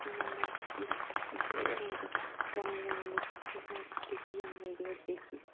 আমরা বিভিন্ন সময় বনে জঙ্গলে গিয়ে ঘুরতে গিয়ে আমরা এগুলো দেখি